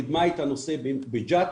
קדמה את הנושא בג'ת,